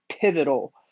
pivotal